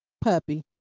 puppy